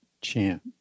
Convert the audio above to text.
chant